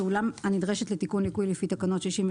פעולה הנדרשת לתיקון ליקוי לפי תקנות 63,